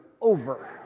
over